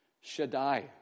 Shaddai